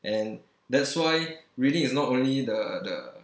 and that's why reading is not only the the